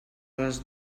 les